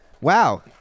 Wow